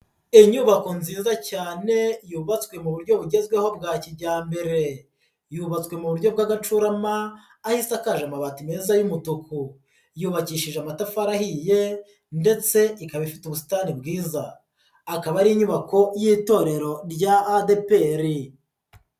Inyubako nziza cyane yubatswe mu buryo bugezweho bwa kijyambere, yubatswe mu buryo bw'agacurama aho isakaje amabati meza y'umutuku, yubakishije amatafari ahiye ndetse ikaba ifite ubusitani bwiza, akaba ari inyubako y'itorero rya ADEPR.